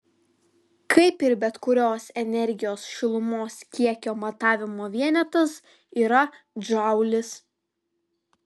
kaip ir bet kurios energijos šilumos kiekio matavimo vienetas yra džaulis